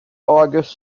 august